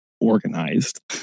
organized